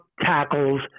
tackles